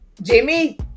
jimmy